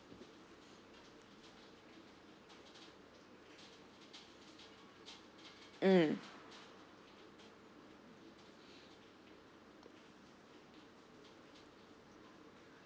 mm